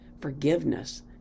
forgiveness